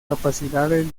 capacidades